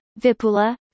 Vipula